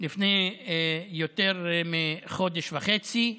לפני יותר מחודש וחצי,